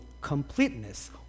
completeness